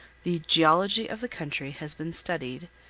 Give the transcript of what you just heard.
the geology of the country has been studied,